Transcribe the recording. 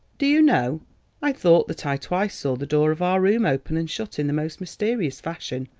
do you know i thought that i twice saw the door of our room open and shut in the most mysterious fashion.